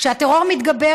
כשהטרור מתגבר,